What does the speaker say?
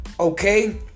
Okay